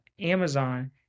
Amazon